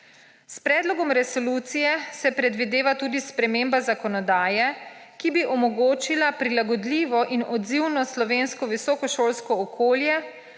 S predlogom resolucije se predvideva tudi sprememba zakonodaje, ki bi omogočila prilagodljivo in odzivno slovensko visokošolsko okolje